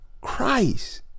Christ